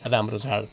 राम्रो चाँड